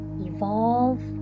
evolve